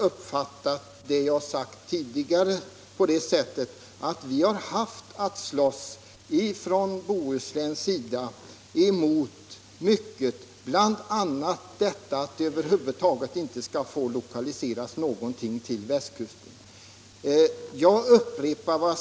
Vad jag tidigare sagt är, att vi från Bohusläns sida haft att slåss emot mycket, bl.a. detta att det över huvud taget inte skall få lokaliseras någonting till västkusten.